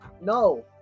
No